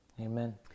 Amen